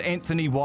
Anthony